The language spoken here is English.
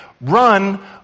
run